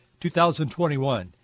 2021